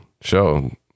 show